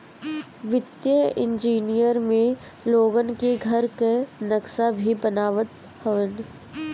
वित्तीय इंजनियर में लोगन के घर कअ नक्सा भी बनावत हवन